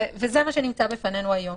וזה מה שנמצא בפנינו היום.